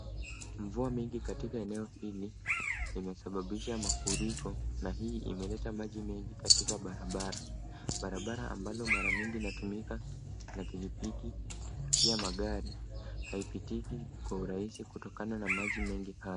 Mvua nyingi katika eneo hili imesababaisha mafuriko na hii imeleta maji mengi katika barabara. Barabara ambalo mara mingi inatumika na pikipiki pia magari, haipitiki kwa urahisi kutokana na maji mengi haya.